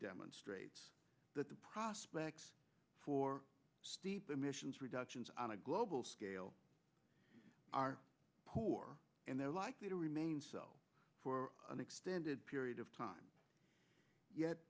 demonstrates that the prospects for steep emissions reductions on a global scale are poor and they're likely to remain so for an extended period of time